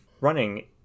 running